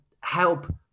help